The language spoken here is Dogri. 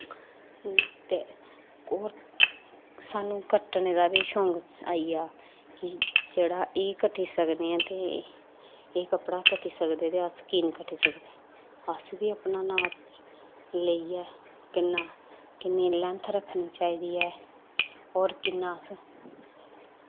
ते होर सानू कटनें दा बी शौंक आई गेआ कि जेह्ड़ा एह् कट्टी सकने ते एह् कपड़ा कट्टी सकदे ते अस कीऽ निं कट्टी सनें अस बी अपना नाप लेईयै किन्ना किन्ना लैंथ रक्खनी चाहिदी ऐ होर किन्ना अस